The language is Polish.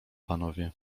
panowie